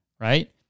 right